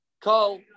Call